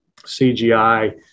CGI